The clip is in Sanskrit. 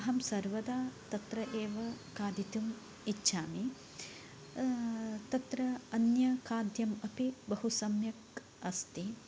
अहं सर्वदा तत्र एव खादितुम् इच्छामि तत्र अन्य खाद्यम् अपि बहु सम्यक् अस्ति